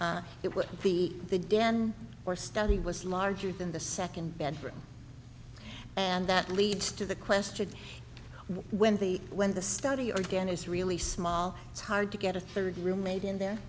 criteria it would be the den or study was larger than the second bedroom and that leads to the question when they when the study organic is really small it's hard to get a third roommate in there